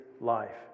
life